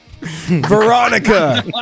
Veronica